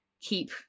keep